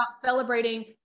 celebrating